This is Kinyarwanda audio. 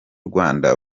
rwanda